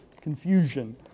confusion